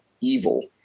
evil